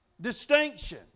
Distinction